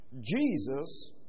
Jesus